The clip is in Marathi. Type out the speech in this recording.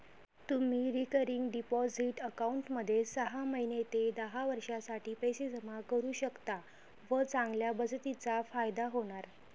तुम्ही रिकरिंग डिपॉझिट अकाउंटमध्ये सहा महिने ते दहा वर्षांसाठी पैसे जमा करू शकता व चांगल्या बचतीचा फायदा होणार